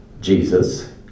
Jesus